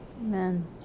Amen